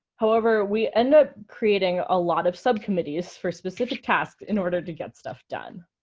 however, we ended up creating a lot of subcommittees for specific tasks in order to get stuff done.